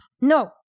no